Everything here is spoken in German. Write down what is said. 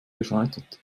gescheitert